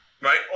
right